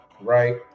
right